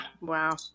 Wow